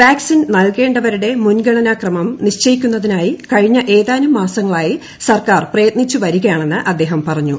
vaccine നല്കേണ്ടവരുടെ മുൻഗണനാക്രമം നിശ്ചയിക്കുന്നതിനായി കഴിഞ്ഞ് ഏതാനും മാസങ്ങളായി സർക്കാർ പ്രയത്നിച്ചുവരികയാണെന്ന് അദ്ദേഹം പറഞ്ഞു